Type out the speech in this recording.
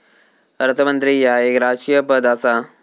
अर्थमंत्री ह्या एक राजकीय पद आसा